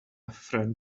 friend